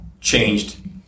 changed